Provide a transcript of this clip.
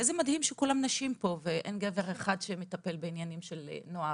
ואיזה מדהים שכולן נשים פה ואין גבר אחד שמטפל בעניינים של נוער.